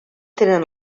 tenen